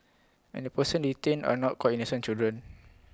and the persons detained are not quite innocent children